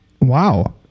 Wow